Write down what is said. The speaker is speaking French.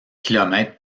kilomètres